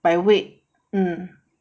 by weight mm